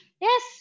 yes